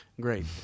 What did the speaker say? Great